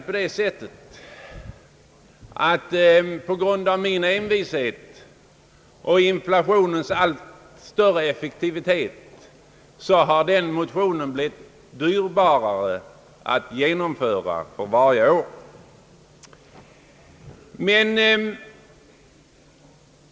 På grund av min envishet och inflationens allt större effektivitet bar den motionen blivit dyrbarare att genomföra för varje år.